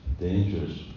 dangerous